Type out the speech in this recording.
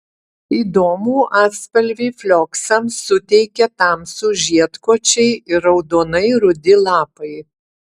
įdomų atspalvį flioksams suteikia tamsūs žiedkočiai ir raudonai rudi lapai